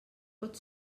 pot